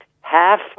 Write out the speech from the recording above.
half